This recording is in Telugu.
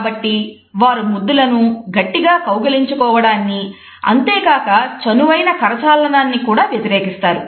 కాబట్టి వారు ముద్దులను గట్టిగా కౌగిలించుకోవడాన్ని అంతేకాక చనువువైన కరచాలనాన్ని కూడా వ్యతిరేకిస్తారు